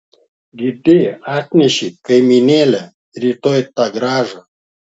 girdi atneši kaimynėle rytoj tą grąžą